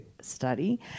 study